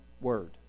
word